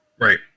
Right